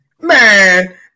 Man